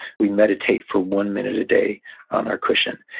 we meditate for one minute a day on our cushion.